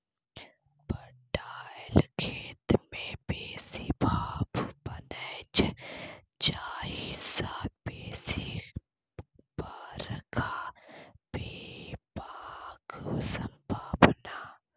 पटाएल खेत मे बेसी भाफ बनै छै जाहि सँ बेसी बरखा हेबाक संभाबना